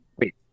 wait